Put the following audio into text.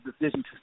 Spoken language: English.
decision